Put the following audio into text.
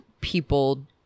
people